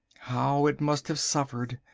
how it must have suffered.